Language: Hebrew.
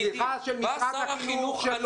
סליחה של משרד החינוך.